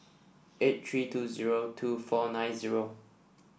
eight three two zero two four nine zero